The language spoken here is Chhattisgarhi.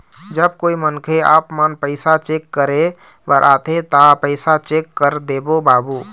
जब कोई मनखे आपमन पैसा चेक करे बर आथे ता पैसा चेक कर देबो बाबू?